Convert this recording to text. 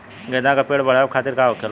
गेंदा का पेड़ बढ़अब खातिर का होखेला?